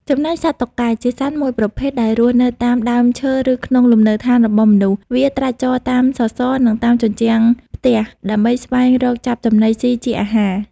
ចំណែកសត្វតុកកែ ជាសត្វមួយប្រភេទ ដែលរស់នៅតាមដើមឈើឬក្នុងលំនៅឋានរបស់មនុស្ស វាត្រាច់ចរតាមសសរ និងតាមជញ្ចាំងផ្ទះ ដើម្បីស្វែងរកចាប់ចំណីស៊ីជាអាហារ។